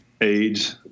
age